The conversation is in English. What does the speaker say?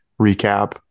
recap